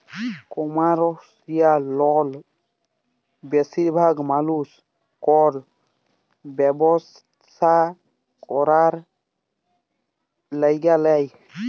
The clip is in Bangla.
কমারশিয়াল লল বেশিরভাগ মালুস কল ব্যবসা ক্যরার ল্যাগে লেই